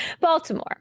Baltimore